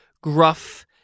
gruff